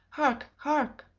hark hark!